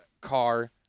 car